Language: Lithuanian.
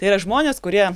tai yra žmonės kurie